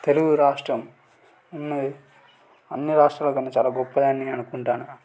తెలుగు రాష్ట్రం ఉన్నది అన్ని రాష్ట్రాల కంటే చాలా గొప్పదని నేను అనుకుంటాన్నాను